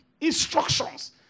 instructions